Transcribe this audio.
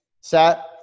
set